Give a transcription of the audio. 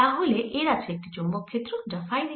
তাহলে এর আছে একটি চৌম্বক ক্ষেত্র যা ফাই দিকে